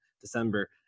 december